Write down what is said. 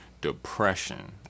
depression